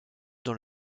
dans